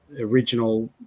original